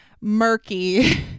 murky